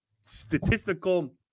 statistical